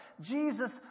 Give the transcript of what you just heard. Jesus